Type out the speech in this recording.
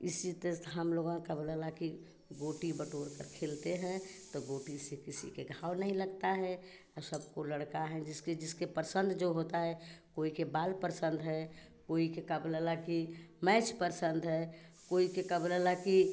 इसी तेज़ हम लोग का बोला ला कि गोटी बटोरकर खेलते हैं तो गोटी से किसी के घाव नहीं लगता है और सबको लड़का हैं जिसके जिसके पसंद जो होता है कोई के बाल परसंद है कोई के का बोला ला कि मैच पसंद है कोई के का बोला ला कि